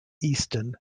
eastern